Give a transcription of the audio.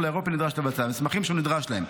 האירופאי נדרש לבצע והמסמכים שהוא נדרש להם.